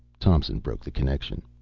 thompson broke the connection.